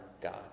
God